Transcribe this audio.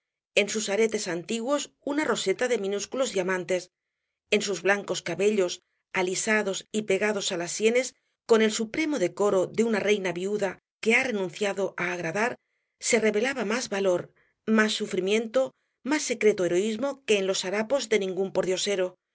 en sus aretes antiguos una roseta de minúsculos diamantes en sus blancos cabellos alisados y pegados á las sienes con el supremo decoro de una reina viuda que ha renunciado á agradar se revelaba más valor más sufrimiento más secreto heroismo que en los harapos de ningún pordiosero